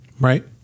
right